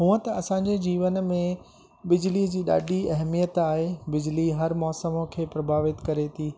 हुअं त असांजे जीवन में बिजलीअ जी ॾाढी अहमियत आहे बिजली हर मौसमु खे प्रभावित करे थी